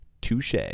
touche